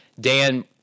Dan